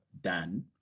done